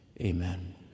amen